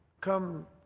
Come